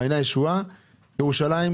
על מעייני הישועה בבני ברק,